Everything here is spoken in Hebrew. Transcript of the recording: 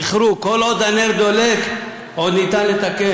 זכרו: כל עוד הנר דולק, עוד ניתן לתקן.